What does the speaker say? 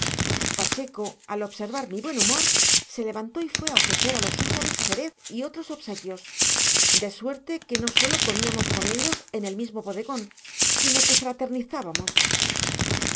pacheco al observar mi buen humor se levantó y fue a ofrecer a los húsares jerez y otros obsequios de suerte que no sólo comíamos con ellos en el mismo bodegón sino que